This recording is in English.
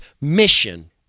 mission